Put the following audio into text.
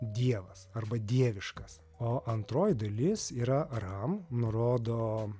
dievas arba dieviškas o antroji dalis yra ram nurodo